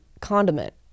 condiment